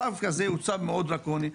צו כזה הוא צו מאוד דרקוני,